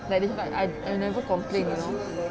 dia cakap I I never complain you know